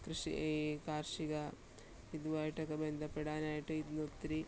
കൃഷി ഈ കാർഷിക ഇതുമായിട്ടൊക്കെ ബന്ധപ്പെടാനായിട്ട് ഇന്ന് ഒത്തിരി